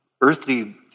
earthly